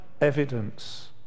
evidence